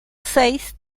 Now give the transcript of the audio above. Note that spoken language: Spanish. seis